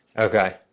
Okay